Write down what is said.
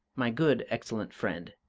my good, excellent friend,